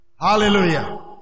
Hallelujah